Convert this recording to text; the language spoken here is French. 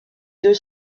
deux